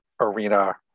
arena